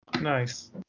Nice